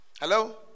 Hello